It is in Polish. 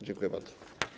Dziękuję bardzo.